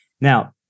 now